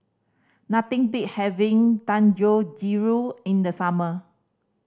nothing beat having Dangojiru in the summer